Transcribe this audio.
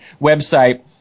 website